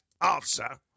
Answer